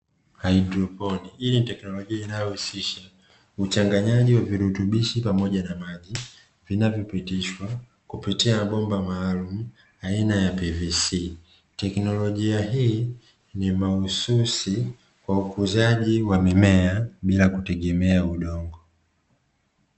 Haidroponi; Hii ni teknolojia inayohusisha uchanganyaji wa virutubishi pamoja na maji, vinavyopitishwa kupitia bomba maalumu aina ya "pvc", teknolojia hii ni mahususi kwa ukuzaji wa mimea bila kutegemea udongo.